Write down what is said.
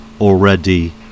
already